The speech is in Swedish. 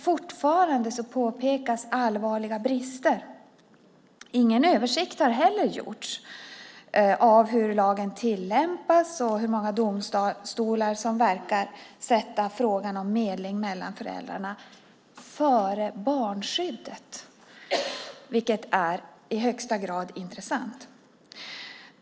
Fortfarande påpekas allvarliga brister. Ingen översikt har gjorts av hur lagen tillämpas och hur många domstolar som verkar sätta frågan om medling mellan föräldrarna före barnskyddet, vilket är i högsta grad intressant.